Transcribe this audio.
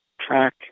track